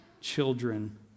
children